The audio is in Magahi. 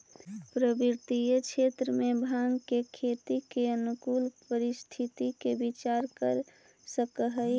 पर्वतीय क्षेत्र में भाँग के खेती के अनुकूल परिस्थिति के विचार कर सकऽ हई